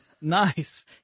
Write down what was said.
Nice